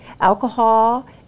alcohol